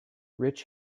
rich